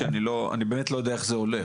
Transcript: כי אני באמת לא יודע איך זה הולך.